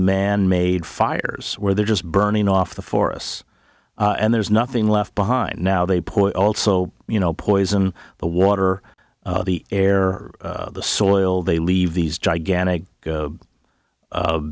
manmade fires where they're just burning off the forests and there's nothing left behind now they point also you know poison the water the air the soil they leave these gigantic